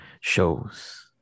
shows